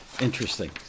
interesting